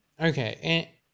okay